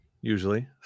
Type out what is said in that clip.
usually